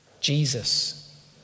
Jesus